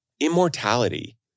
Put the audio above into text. immortality